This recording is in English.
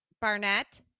Barnett